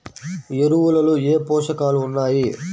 ఎరువులలో ఏ పోషకాలు ఉన్నాయి?